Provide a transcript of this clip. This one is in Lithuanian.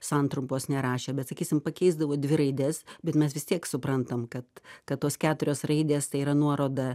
santrumpos nerašė bet sakysim pakeisdavo dvi raides bet mes vis tiek suprantam kad kad tos keturios raidės tai yra nuoroda